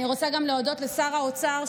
אני רוצה גם להודות לשר האוצר,